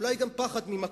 אולי גם פחד ממכות.